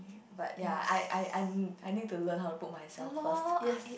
but ya I I I I need to learn how to put myself first yes